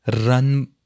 run